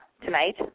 tonight